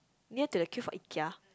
near to the queue for Ikea